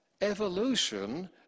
evolution